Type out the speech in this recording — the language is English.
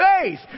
faith